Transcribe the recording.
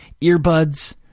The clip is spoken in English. earbuds